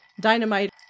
dynamite